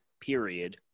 period